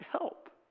help